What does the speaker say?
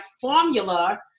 formula